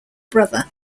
brother